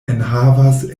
enhavas